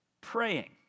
praying